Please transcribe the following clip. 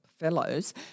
fellows